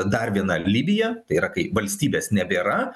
dar viena libija tai yra kai valstybės nebėra